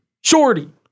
Shorty